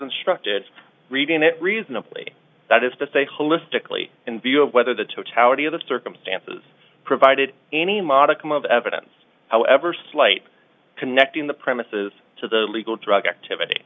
instructed reading it reasonably that is to say holistically in view of whether the totality of the circumstances provided any modicum of evidence however slight connecting the premises to the legal drug activity